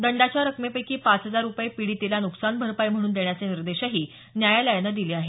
दंडाच्या रकमेपैकी पाच हजार रुपये पीडितेला नुकसान भरपाई म्हणून देण्याचे निर्देशही न्यायालयानं दिले आहेत